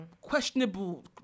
questionable